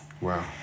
Wow